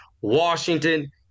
Washington